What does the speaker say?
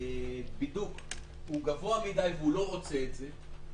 הבידוק הוא גבוה מדי והוא לא רוצה את זה,